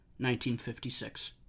1956